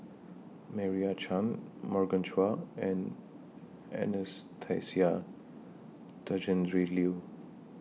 Meira Chand Morgan Chua and Anastasia Tjendri Liew